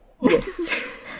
Yes